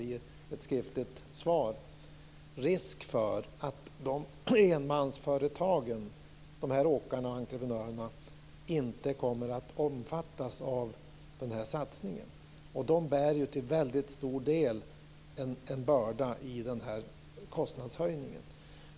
Det har jag bl.a. sett i utredningsmaterial och i svaret på en skriftlig fråga som har utväxlats mellan oss. De företagarna bär till väldigt stor del en börda i den här kostnadshöjningen.